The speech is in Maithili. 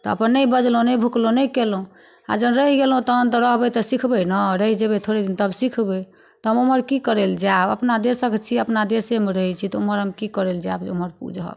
तऽ अपन नहि बजलहुँ नहि भुकलहुँ नहि केलहुँ आओर जखन रहि गेलहुँ तखन तऽ रहबै तऽ सिखबै नहि रहि जेबै थोड़े दिन तब सिखबै तऽ हम ओम्हर कि करैलए जाएब अपना देशके छिए अपना देशेमे रहै छी तऽ ओम्हर हम कि करैलए जाएब एम्हर बुझै